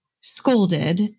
scolded